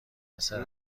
لنسر